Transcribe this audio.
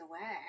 away